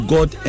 God